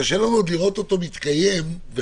קשה לנו לראות את התהליך הזה מתקיים וחי,